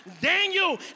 Daniel